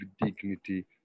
dignity